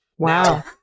Wow